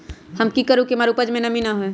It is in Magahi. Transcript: हम की करू की हमार उपज में नमी होए?